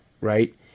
right